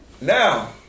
Now